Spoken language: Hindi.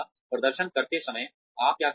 प्रदर्शन करते समय आप क्या करते हैं